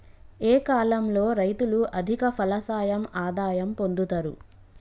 ఏ కాలం లో రైతులు అధిక ఫలసాయం ఆదాయం పొందుతరు?